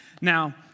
Now